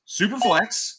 Superflex